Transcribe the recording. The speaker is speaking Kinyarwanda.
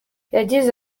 yagize